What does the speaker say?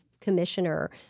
commissioner